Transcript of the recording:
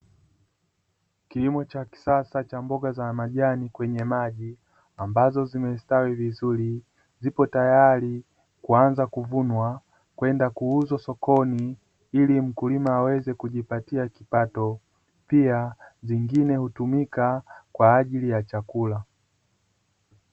Kilimo cha kisasa cha mboga za majani kwenye maji ambazo zimestawi vizuri zipo tayari kuanza kuvunwa kwenda kuuzwa sokoni ili mkulima aweze kujipatia kipato pia zingine hutumika kwa ajili ya chakula.